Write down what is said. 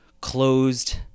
closed